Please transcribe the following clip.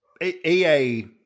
EA